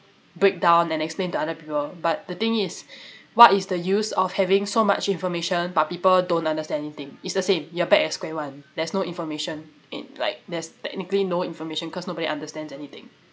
break down and explain to other people but the thing is what is the use of having so much information but people don't understand anything it's the same you're back at square one there's no information in like there's technically no information cause nobody understands anything